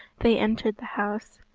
they entered the house,